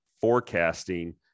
forecasting